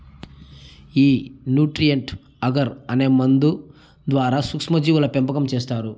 ఈ nutrient agar అనే మందు ద్వారా సూక్ష్మ జీవుల పెంపకం చేస్తారు